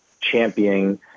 championing